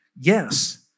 Yes